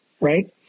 right